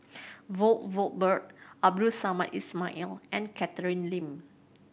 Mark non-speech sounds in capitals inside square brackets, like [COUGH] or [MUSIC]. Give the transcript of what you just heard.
[UNINTELLIGIBLE] Valberg Abdul Samad Ismail and Catherine Lim